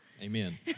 Amen